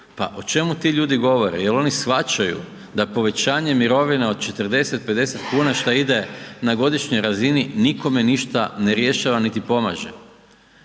pa o čemu ti ljudi govore jel oni shvaćaju da povećanje mirovina od 40, 50 kuna šta ide na godišnjoj razini nikome ništa ne rješava niti pomaže.